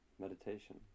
meditation